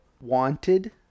wanted